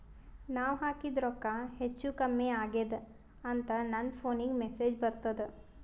ನಾವ ಹಾಕಿದ ರೊಕ್ಕ ಹೆಚ್ಚು, ಕಮ್ಮಿ ಆಗೆದ ಅಂತ ನನ ಫೋನಿಗ ಮೆಸೇಜ್ ಬರ್ತದ?